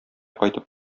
кайтып